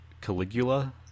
Caligula